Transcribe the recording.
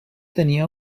tenia